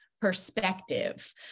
perspective